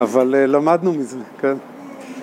‫אבל למדנו מזה, כן?